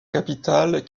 capitale